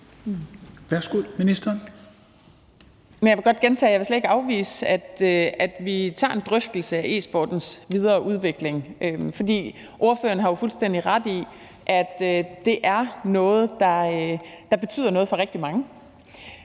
Jeg vil godt gentage, at jeg slet ikke vil afvise, at vi tager en drøftelse af e-sportens videre udvikling. For ordføreren har jo fuldstændig ret i, at det er noget, der betyder noget for rigtig mange,